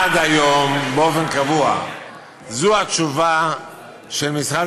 עד היום באופן קבוע זאת התשובה של משרד